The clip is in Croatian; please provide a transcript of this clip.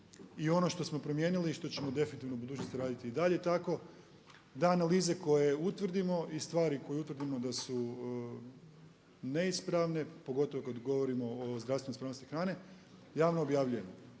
I ono što smo promijenili i što ćemo definitivno u budućnosti raditi i dalje tako da analize koje utvrdimo i stvari koje utvrdimo da su neispravne, pogotovo kada govorimo o zdravstvenoj neispravnosti hrane, javno objavljujemo.